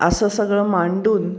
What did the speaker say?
असं सगळं मांडून